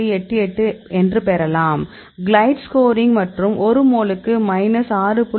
88 என்று பெறலாம் glide's scoring மற்றும் ஒரு மோலுக்கு மைனஸ் 6